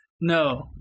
no